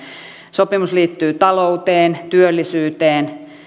sopimus liittyy talouteen työllisyyteen